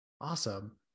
Awesome